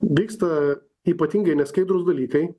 vyksta ypatingai neskaidrūs dalykai